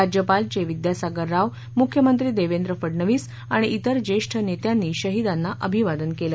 राज्यपाल चे विद्यासागर राव मुख्यमंत्री देवेंद्र फडणवीस आणि इतर ज्येष्ठ नेत्यांनी शहीदांना अभिवादन केलं